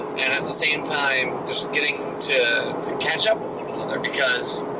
and at the same time getting to to catch up with one another because,